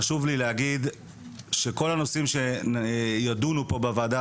חשוב לי להגיד שהנושאים שידונו בוועדה